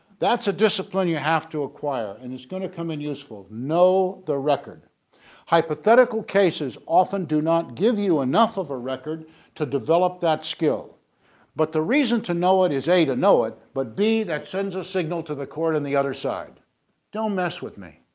that's a discipline you have to acquire, and it's gonna come in useful know the record hypothetical cases often do not give you enough of a record to develop that skill but the reason to know it is to know it but that sends a signal to the court and the other side don't mess with me.